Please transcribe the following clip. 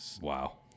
Wow